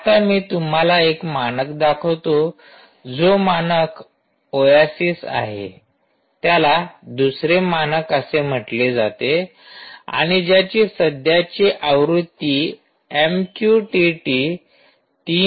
आता मी तुम्हाला एक मानक दाखवतो जो कि मानक ओएसिस आहे त्याला दुसरे मानक असे म्हटले जाते आणि ज्याची सध्याची आवृत्ती एमकयुटीटी ३